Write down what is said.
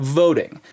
voting